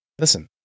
listen